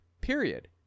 period